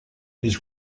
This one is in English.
his